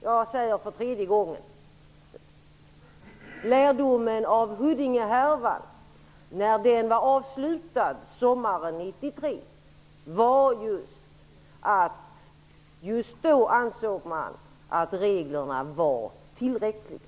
Jag säger nu för tredje gången att lärdomen av Huddingehärvan, när den var avslutad sommaren 1993, var att reglerna just då var tillräckliga.